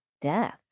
death